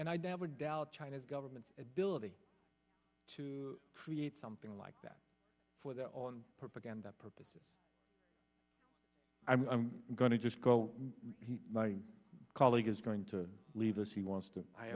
doubt china's government ability to create something like that for that on purpose and that purpose i'm going to just go my colleague is going to leave us he wants to i